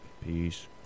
Peace